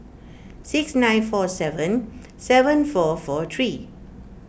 six nine four seven seven four four three